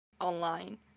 online